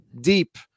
deep